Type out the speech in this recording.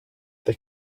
they